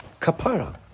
kapara